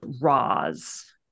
Roz